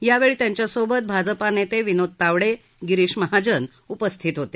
यावेळी त्यांच्यासोबत भाजपा नेते विनोद तावडे गिरीश महाजन उपस्थित होते